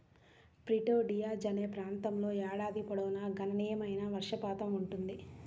Prieto Diaz అనే ప్రాంతంలో ఏడాది పొడవునా గణనీయమైన వర్షపాతం ఉంటుంది